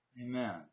Amen